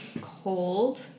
cold